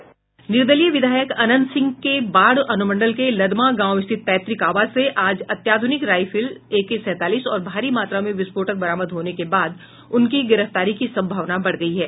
निर्दलीय विधायक अनंत सिंह के बाढ़ अनुमंडल के लदमा गांव स्थित पैतृक आवास से आज अत्याधुनिक राइफल एके सैंतालीस और भारी मात्रा में विस्फोटक बरामद होने के बाद उनकी गिरफ्तारी की संभावना बढ़ गई है